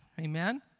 Amen